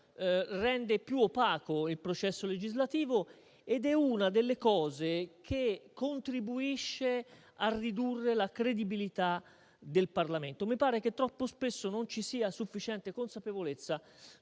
rende più opaco il processo legislativo e ciò contribuisce a ridurre la credibilità del Parlamento. Mi pare che troppo spesso non ci sia sufficiente consapevolezza